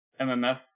MMF